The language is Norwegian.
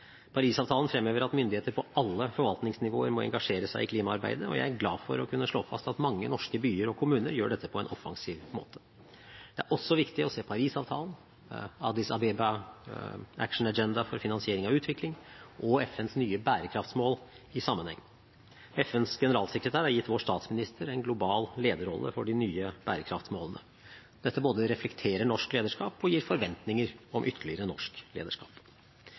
fremhever at myndigheter på alle forvaltningsnivåer må engasjere seg i klimaarbeidet, og jeg er glad for å kunne slå fast at mange norske byer og kommuner gjør dette på en offensiv måte. Det er også viktig å se Paris-avtalen, Addis Ababa Action Agenda for finansiering av utvikling og FNs nye bærekraftsmål i sammenheng. FNs generalsekretær har gitt vår statsminister en global lederrolle for de nye bærekraftsmålene. Dette både reflekterer norsk lederskap og gir forventninger om ytterligere norsk lederskap.